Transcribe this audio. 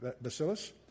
bacillus